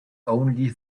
only